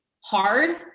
hard